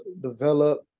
develop